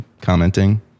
commenting